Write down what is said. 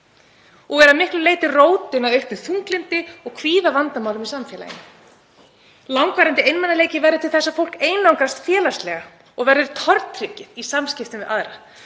og er að miklu leyti rótin að aukningu á þunglyndi og kvíðavandamálum í samfélaginu. Langvarandi einmanaleiki verður til þess að fólk einangrast félagslega og verður tortryggið í samskiptum við aðra.